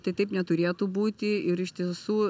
tai taip neturėtų būti ir iš tiesų